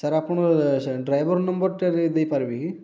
sir ଆପଣ ସେ driver number ଟା ଟିକିଏ ଦେଇପାରିବେ କି